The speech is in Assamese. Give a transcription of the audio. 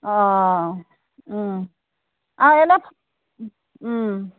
অ ওম ওম